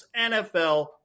NFL